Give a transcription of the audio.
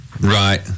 Right